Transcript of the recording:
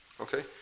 Okay